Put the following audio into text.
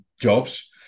jobs